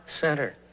center